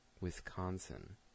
Wisconsin